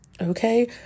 Okay